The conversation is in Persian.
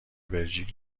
بلژیک